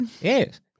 Yes